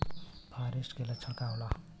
फारेस्ट के लक्षण का होला?